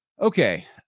Okay